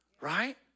right